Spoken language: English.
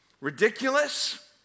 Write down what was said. ridiculous